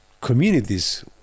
communities